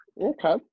Okay